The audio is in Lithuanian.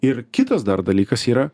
ir kitas dar dalykas yra